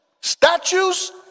Statues